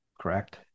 correct